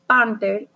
Panther